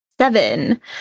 Seven